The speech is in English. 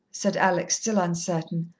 said alex, still uncertain.